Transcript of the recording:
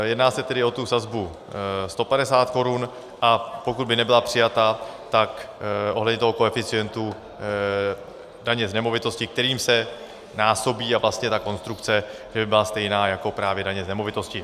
Jedná se tedy o tu sazbu 150 korun, a pokud by nebyla přijata, tak ohledně toho koeficientu daně z nemovitostí, kterým se násobí, a vlastně ta konstrukce, že by byla stejná jako právě u daně z nemovitostí.